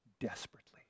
desperately